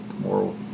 tomorrow